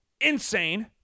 insane